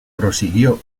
prosiguió